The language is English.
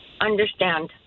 Understand